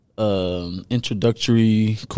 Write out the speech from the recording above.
Introductory